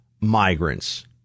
migrants